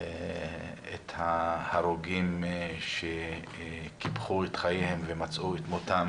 את ההרוגים שקיפחו את חייהם ומצאו את מותם